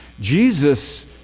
Jesus